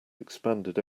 expanded